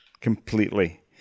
Completely